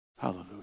Hallelujah